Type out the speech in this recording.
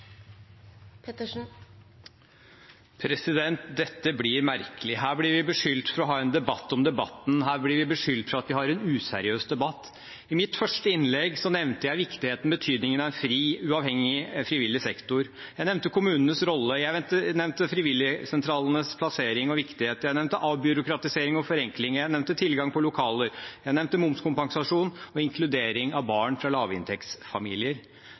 Dette blir merkelig. Her blir vi beskyldt for å ha en debatt om debatten, her blir vi beskyldt for å ha en useriøs debatt. I mitt første innlegg nevnte jeg viktigheten og betydningen av en fri og uavhengig frivillig sektor. Jeg nevnte kommunenes rolle. Jeg nevnte frivillighetssentralenes plassering og viktighet. Jeg nevnte avbyråkratisering og forenkling. Jeg nevnte tilgang på lokaler. Jeg nevnte momskompensasjon og inkludering av barn fra lavinntektsfamilier.